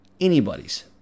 Anybody's